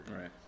right